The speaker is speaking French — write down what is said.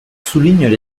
soulignent